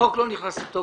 החוק לא נכנס לתוקף